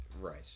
right